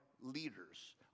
leaders